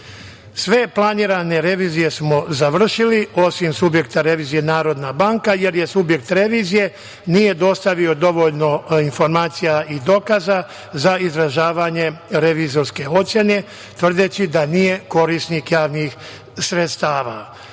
planirane revizije smo završili, osim subjekta revizije Narodna banka, jer subjekt revizije nije dostavio dovoljno informacija i dokaza za izražavanje revizorske ocene tvrdeći da nije korisnik javnih sredstava.